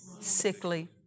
sickly